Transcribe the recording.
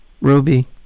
Ruby